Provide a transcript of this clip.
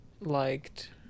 liked